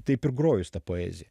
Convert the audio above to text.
taip ir groju su ta poezija